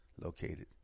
located